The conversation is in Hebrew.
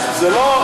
זה לא,